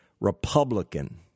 Republican